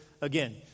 again